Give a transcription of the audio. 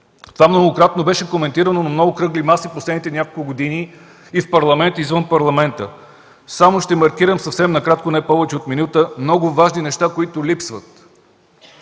Това многократно беше коментирано на много кръгли маси през последните няколко години и в Парламента, и извън него. Ще маркирам съвсем накратко, за не повече от минута, много важни неща, които липсват.